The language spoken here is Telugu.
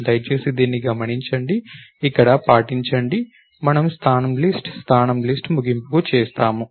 దయచేసి దీన్ని గమనించండి ఇక్కడ పాటించండి మనము స్థానం లిస్ట్ స్థానం లిస్ట్ ముగింపు చేస్తాము